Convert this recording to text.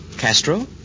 Castro